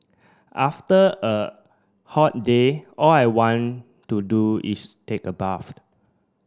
after a hot day all I want to do is take a bath